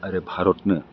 आरो भारतनो